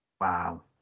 Wow